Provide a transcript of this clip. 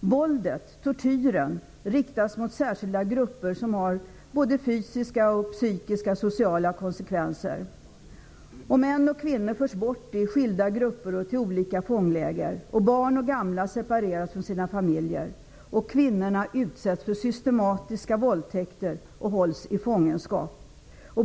Våldet, tortyren, riktas mot särskilda grupper och har såväl psykiska och fysiska som sociala konsekvenser. Män och kvinnor förs bort i skilda grupper till olika fångläger, och barn och gamla separeras från sina familjer. Kvinnorna utsätts för systematiska våldtäkter och hålls i fångenskap.